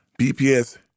BPS